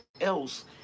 else